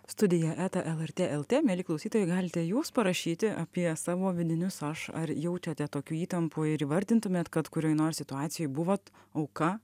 studija eta lrt lt mieli klausytojai galite jūs parašyti apie savo vidinius aš ar jaučiate tokių įtampų ir įvardintumėt kad kurioj nors situacijoj buvot auka